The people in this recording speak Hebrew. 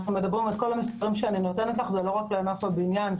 כל המספרים שאני נותנת לך אינם מתייחסים רק לענף הבנייה.